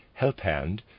Helphand